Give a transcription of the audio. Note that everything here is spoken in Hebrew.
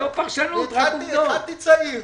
התחלתי צעיר.